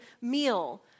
meal